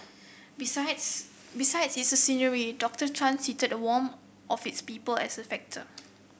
besides besides its scenery Doctor Tan cited the warmth of its people as a factor